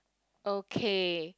okay